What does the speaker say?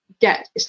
get